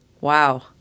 Wow